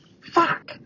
Fuck